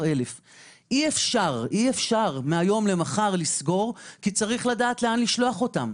אי אפשר מהיום למחר לסגור כי צריך לדעת לאן לשלוח אותם.